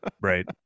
right